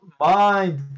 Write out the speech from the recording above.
mind